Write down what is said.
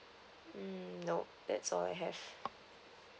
mm nope that's all I have